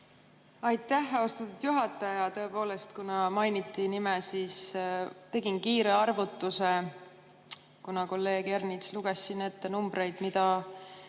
Aitäh, austatud juhataja! Tõepoolest, kuna mainiti minu nime, siis tegin kiire arvutuse. Kolleeg Ernits luges siin ette numbreid, mida